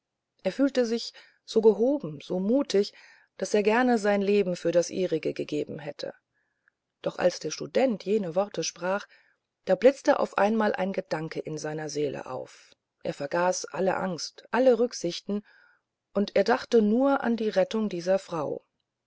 er fühlte sich so gehoben so mutig daß er gerne sein leben für das ihrige gegeben hätte doch als der student jene worte sprach da blitzte auf einmal ein gedanke in seiner seele auf er vergaß alle angst alle rücksichten und er dachte nur an die rettung dieser frau